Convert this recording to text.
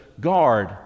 guard